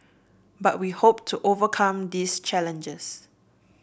but we hope to overcome these challenges